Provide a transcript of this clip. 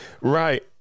Right